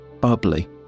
bubbly